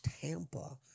Tampa